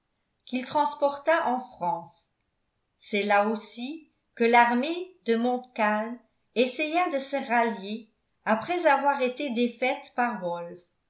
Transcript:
qu'il transporta en france c'est là aussi que l'armée de montcalm essaya de se rallier après avoir été défaite par wolfe